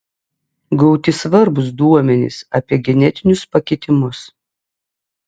gauti svarbūs duomenys apie genetinius pakitimus